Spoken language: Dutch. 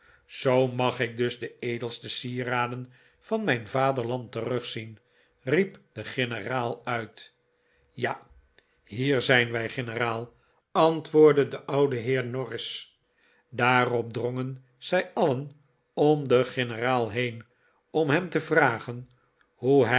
zoo mag ik dus de edelste sieraden van mijn vaderland terugzien riep de generaal uit ja hier zijn wij generaal antwoordde de oude heer norris daarop drongen zij alien om den generaal heen om hem te vragen hoe